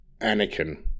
Anakin